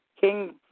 King